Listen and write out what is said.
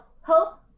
hope